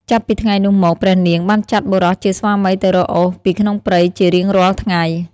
ចាប់ពីថ្ងៃនោះមក ព្រះនាងបានចាត់បុរសជាស្វាមីទៅរកអុសពីក្នុងព្រៃជារៀងរាល់ថ្ងៃ។